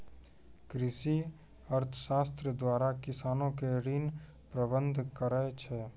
कृषि अर्थशास्त्र द्वारा किसानो के ऋण प्रबंध करै छै